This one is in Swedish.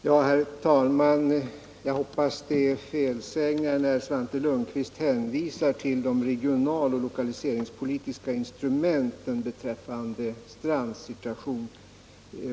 Herr talman! Jag hoppas att det är felsägningar när Svante Lundkvist hänvisar till de regional och lokaliseringspolitiska instrumenten när det gäller Strands situation.